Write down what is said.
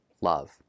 love